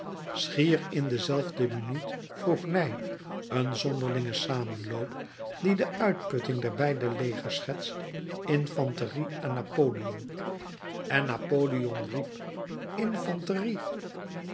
schier in dezelfde minuut vroeg ney een zonderlinge samenloop die de uitputting der beide legers schetst infanterie aan napoleon en napoleon riep infanterie